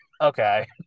okay